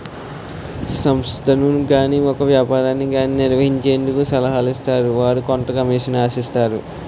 సంస్థను గాని ఒక వ్యాపారాన్ని గాని నిర్వహించేందుకు సలహాలు ఇస్తారు వారు కొంత కమిషన్ ఆశిస్తారు